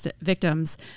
victims